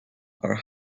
are